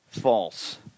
False